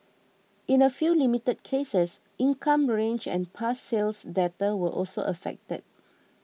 in a few limited cases income range and past sales data were also affected